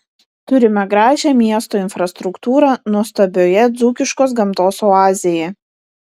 turime gražią miesto infrastruktūrą nuostabioje dzūkiškos gamtos oazėje